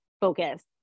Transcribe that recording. focus